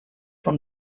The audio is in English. from